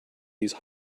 these